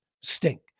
stink